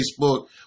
Facebook